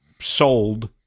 sold